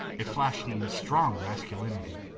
it flashed into strong masculinity.